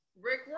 Rick